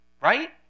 right